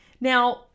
Now